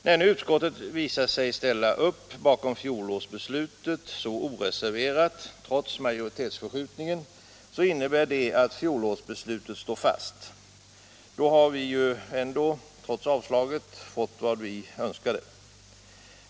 När nu utskottet så oreserverat och trots majoritetsförskjutningen visar sig ställa upp bakom fjolårsbeslutet innebär det att fjolårsbeslutet står fast. Då har vi ändå, trots avstyrkandet, fått vad vi önskade.